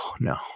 no